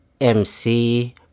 MC